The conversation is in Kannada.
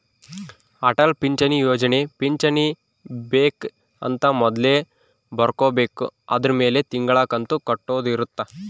ಅಟಲ್ ಪಿಂಚಣಿ ಯೋಜನೆ ಪಿಂಚಣಿ ಬೆಕ್ ಅಂತ ಮೊದ್ಲೇ ಬರ್ಕೊಬೇಕು ಅದುರ್ ಮೆಲೆ ತಿಂಗಳ ಕಂತು ಕಟ್ಟೊದ ಇರುತ್ತ